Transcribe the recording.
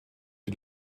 die